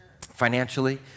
Financially